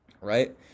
right